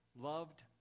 loved